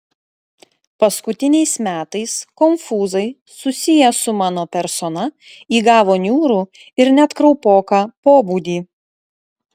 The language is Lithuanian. paskutiniais metais konfūzai susiję su mano persona įgavo niūrų ir net kraupoką pobūdį